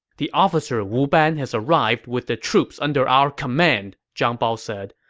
the officer wu ban has arrived with the troops under our command, zhang bao said.